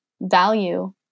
value